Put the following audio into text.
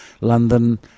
London